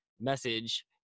message